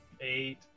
Eight